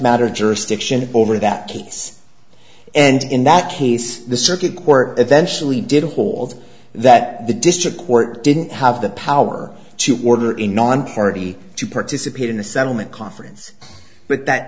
matter jurisdiction over that case and in that case the circuit court eventually did hold that the district court didn't have the power to order in nonparty to participate in the settlement conference but that